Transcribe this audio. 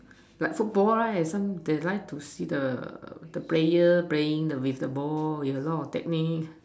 like so boy some they like to the the player playing with the ball with a lot of technique